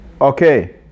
Okay